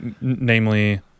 namely